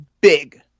big